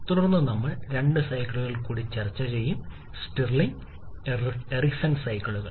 തുടർന്ന് നമ്മൾ രണ്ട് സൈക്കിളുകൾ കൂടി ചർച്ച ചെയ്യും സ്റ്റിർലിംഗ് എറിക്സൺ സൈക്കിളുകൾ